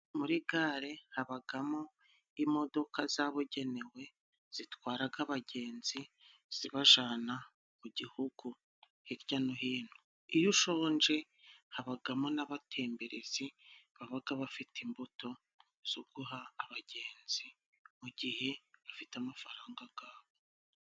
Muri gare habagamo imodoka zabugenewe zitwaraga abagenzi zibajana mu gihugu hirya no hino. Iyo ushonje habagamo n'abatemberezi babaga bafite imbuto zo guha abagenzi mu gihe bafite amafaranga gabo.